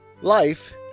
Life